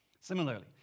Similarly